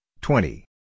twenty